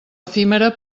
efímera